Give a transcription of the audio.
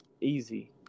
easy